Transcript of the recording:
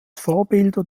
vorbilder